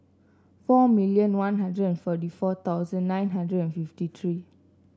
four million One Hundred and forty four thousand nine hundred and fifty three